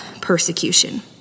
persecution